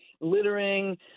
littering